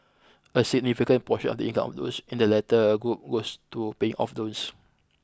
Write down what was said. a significant portion of the income of those in the latter group goes to paying off loans